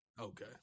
Okay